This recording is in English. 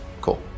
Cool